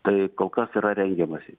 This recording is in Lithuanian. tai kol kas yra rengiamasi